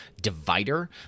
divider